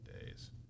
days